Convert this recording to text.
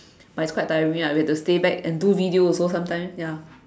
but it's quite tiring lah we had to stay back and do videos also sometime ya